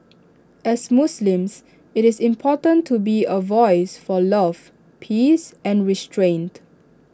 as Muslims IT is important to be A voice for love peace and restraint